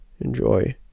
enjoy